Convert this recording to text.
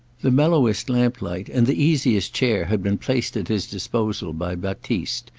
the mellowest lamplight and the easiest chair had been placed at his disposal by baptiste,